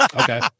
Okay